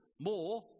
more